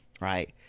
right